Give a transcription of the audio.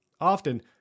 Often